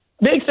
big